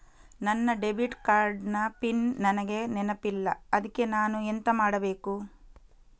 ನನ್ನ debit card ನ pin ನನಗೆ ನೆನಪಿಲ್ಲ ಅದ್ಕೆ ನಾನು ಎಂತ ಮಾಡಬೇಕು?